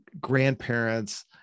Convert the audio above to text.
grandparents